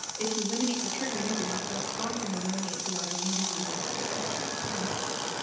if you eliminate the trigger you can often often eliminate the autoimmune disease altogether. it's pretty impressive.